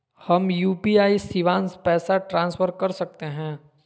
हम यू.पी.आई शिवांश पैसा ट्रांसफर कर सकते हैं?